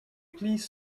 please